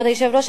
כבוד היושב-ראש,